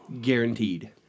Guaranteed